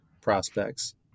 prospects